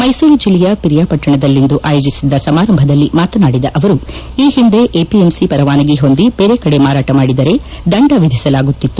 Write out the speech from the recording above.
ಮೈಸೂರು ಜಿಲ್ಲೆಯ ಪಿರಿಯಾ ಪಟ್ಟಣದಲ್ಲಿಂದು ಆಯೋಜಿಸಿದ್ದ ಸಮಾರಂಭದಲ್ಲಿ ಮಾತನಾಡಿದ ಅವರು ಈ ಹಿಂದೆ ಎಪಿಎಂಸಿ ಪರವಾನಗಿ ಹೊಂದಿ ಬೇರೆ ಕಡೆ ಮಾರಾಟ ಮಾಡಿದರೆ ದಂಡ ವಿಧಿಸಲಾಗುತ್ತಿತ್ತು